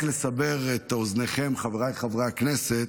רק לסבר את אוזניכם, חבריי חברי הכנסת: